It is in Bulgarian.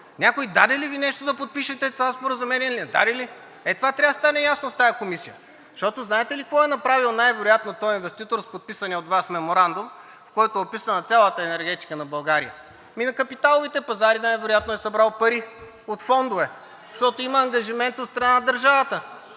Някой даде ли Ви нещо да подпишете това споразумение, не даде ли? Ето това трябва да стане ясно в тази комисия. Защото знаете ли какво е направил най-вероятно този инвеститор с подписания от Вас меморандум, в който е описана цялата енергетика на България? Ами на капиталовите пазари най-вероятно е събрал пари от фондове, защото има ангажимент от страна на държавата,